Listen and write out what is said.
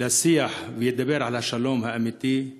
לשיח וידבר על השלום האמיתי,